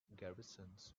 garrisons